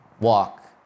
walk